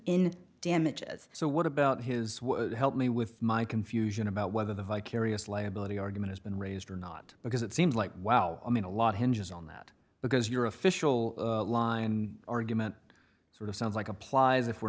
in damages so what about his would help me with my confusion about whether the vicarious liability argument has been raised or not because it seems like well i mean a lot hinges on that because your official line argument sort of sounds like applies if we're